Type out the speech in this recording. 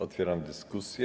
Otwieram dyskusję.